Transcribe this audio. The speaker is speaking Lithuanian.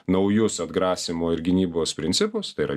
naujus atgrasymo ir gynybos principus tai yra